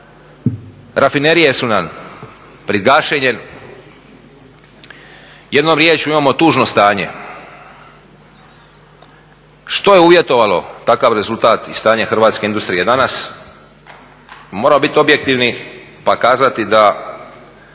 rafinerije su nam pred gašenjem. Jednom riječju imamo tužno stanje. Što je uvjetovalo takav rezultat i stanje hrvatske industrije danas moramo biti objektivni pa kazati da